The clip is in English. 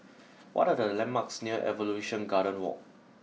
what are the landmarks near Evolution Garden Walk